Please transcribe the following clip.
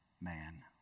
man